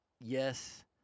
Yes